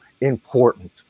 important